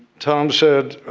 tom said,